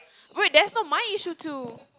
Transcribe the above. wait that's not my issue too